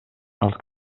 els